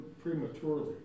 prematurely